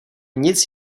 nic